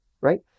Right